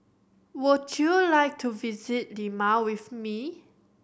would you like to visit Lima with me